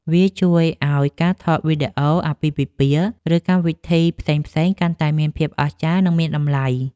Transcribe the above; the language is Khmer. វាជួយឱ្យការថតវីដេអូអាពាហ៍ពិពាហ៍ ឬកម្មវិធីផ្សេងៗកាន់តែមានភាពអស្ចារ្យ និងមានតម្លៃ។